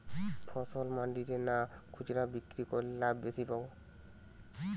ফসল মন্ডিতে না খুচরা বিক্রি করলে লাভ বেশি পাব?